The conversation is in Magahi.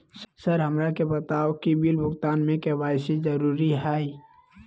सर हमरा के बताओ कि बिल भुगतान में के.वाई.सी जरूरी हाई?